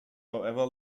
however